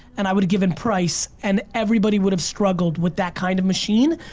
and i would've given price, and everybody would've struggled with that kind of machine.